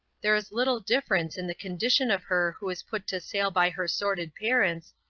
there is little difference in the condition of her who is put to sale by her sordid parents,